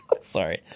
Sorry